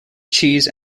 cheese